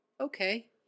Okay